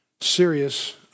serious